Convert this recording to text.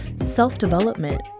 self-development